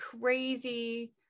crazy